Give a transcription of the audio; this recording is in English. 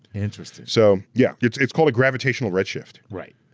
interesting. so yeah, it's it's called a gravitational redshift. right,